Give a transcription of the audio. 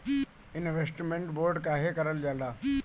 Investment bond काहे कारल जाला?